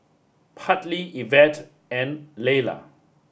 Hartley Evette and Layla